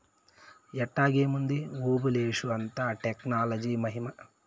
ఎట్టాగేముంది ఓబులేషు, అంతా టెక్నాలజీ మహిమా